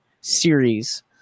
series